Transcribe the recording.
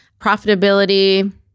Profitability